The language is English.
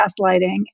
gaslighting